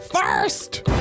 First